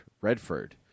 Redford